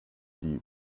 die